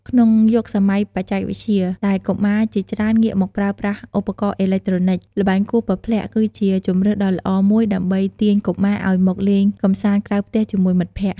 ក្នុងយុគសម័យបច្ចេកវិទ្យា ដែលកុមារជាច្រើនងាកមកប្រើប្រាស់ឧបករណ៍អេឡិចត្រូនិក ល្បែងគោះពព្លាក់គឺជាជម្រើសដ៏ល្អមួយដើម្បីទាញកុមារឱ្យមកលេងកម្សាន្តក្រៅផ្ទះជាមួយមិត្តភក្តិ។